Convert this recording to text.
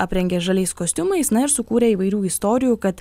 aprengė žaliais kostiumais na ir sukūrė įvairių istorijų kad